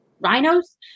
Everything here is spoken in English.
rhinos